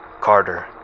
Carter